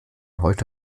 heute